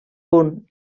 punt